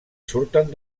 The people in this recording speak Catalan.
surten